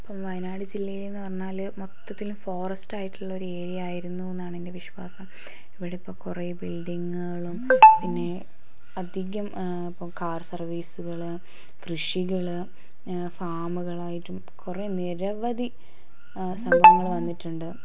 ഇപ്പം വയനാട് ജില്ലയിലെന്ന് പറഞ്ഞാൽ മൊത്തത്തിൽ ഫോറസ്റ്റ് ആയിട്ടുള്ളൊരു ഏരിയ ആയിരുന്നു എന്നാണ് എന്റെ വിശ്വാസം ഇവിടെ ഇപ്പോൾ കുറേ ബിൽഡിംഗുകളും പിന്നെ അധികം ഇപ്പോൾ കാർ സർവീസുകൾ കൃഷികൾ ഫാമുകളായിട്ടും കുറേ നിരവധി സംഭവങ്ങൾ വന്നിട്ടുണ്ട്